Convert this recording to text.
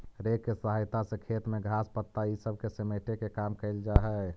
rake के सहायता से खेत में घास, पत्ता इ सब के समेटे के काम कईल जा हई